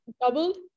doubled